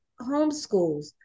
homeschools